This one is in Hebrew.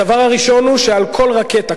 הדבר הראשון הוא שעל כל רקטה,